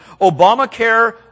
Obamacare